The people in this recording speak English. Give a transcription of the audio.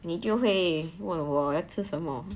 你就会问我要吃什么